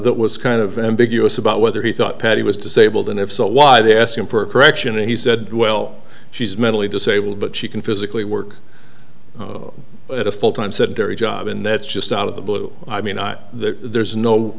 that was kind of ambiguous about whether he thought patty was disabled and if so why they ask him for a correction and he said well she's mentally disabled but she can physically work at a full time said terry job and that's just out of the blue i mean i there's no